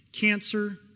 cancer